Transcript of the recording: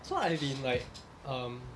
so I've been like um